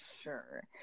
sure